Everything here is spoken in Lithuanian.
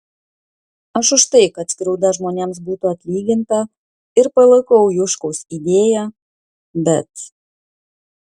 aš už tai kad skriauda žmonėms būtų atlyginta ir palaikau juškaus idėją bet